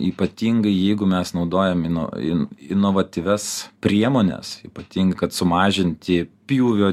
ypatingai jeigu mes naudojam ino in inovatyvias priemones ypatingai kad sumažinti pjūvio